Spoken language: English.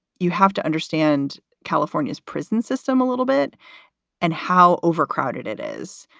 you have to understand california's prison system a little bit and how overcrowded it is.